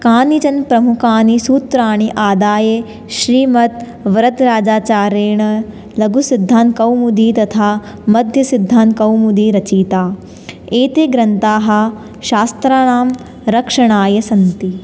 कानिचन प्रमुखानि सूत्राणि आदाय श्रीमद् वरदराजाचार्येण लघुसिद्धान्तकौमुदी तथा मध्यसिद्धान्तकौमुदी रचिता एते ग्रन्थाः शास्त्राणां रक्षणाय सन्ति